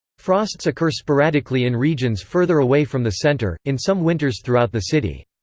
frosts occur sporadically in regions further away from the center, in some winters throughout the city.